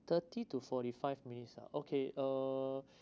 thirty to forty five minutes ah okay uh